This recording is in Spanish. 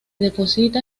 deposita